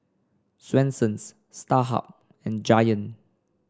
Swensens Starhub and Giant